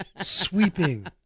Sweeping